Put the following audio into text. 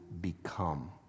become